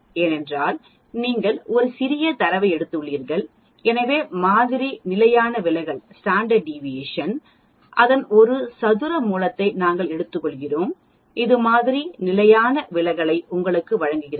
ஏனென்றால் நீங்கள் ஒரு சிறிய தரவை எடுத்துள்ளீர்கள் எனவே மாதிரி நிலையான விலகல் அதன் ஒரு சதுர மூலத்தை நாங்கள் எடுத்துக்கொள்கிறோம் இது மாதிரி நிலையான விலகலை உங்களுக்கு வழங்குகிறது